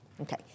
Okay